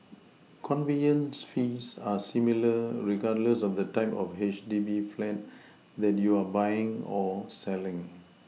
conveyance fees are similar regardless of the type of H D B flat that you are buying or selling